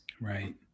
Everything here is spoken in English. Right